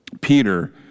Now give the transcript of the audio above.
Peter